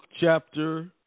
chapter